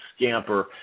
scamper